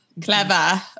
Clever